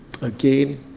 Again